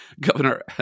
Governor